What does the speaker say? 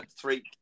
three